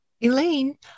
Elaine